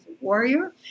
warrior